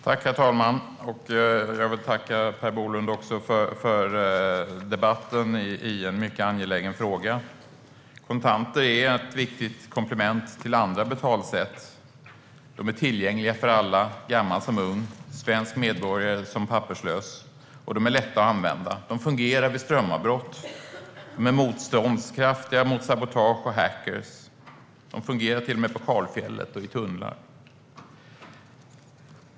Herr talman! Jag vill tacka Per Bolund för debatten i en mycket angelägen fråga. Kontanter är ett viktigt komplement till andra betalningssätt. De är tillgängliga för alla - gammal som ung och svensk medborgare som papperslös. De är lätta att använda, de fungerar vid strömavbrott och de är motståndskraftiga mot sabotage och hackare. De fungerar till och med på kalfjället och i tunnlar.